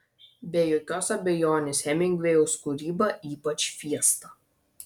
be jokios abejonės hemingvėjaus kūryba ypač fiesta